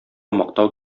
мактау